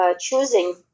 choosing